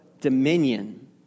dominion